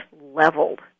leveled